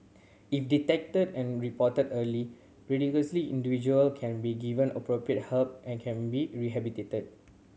if detected and reported early radicalised individual can be given appropriate help and can be rehabilitated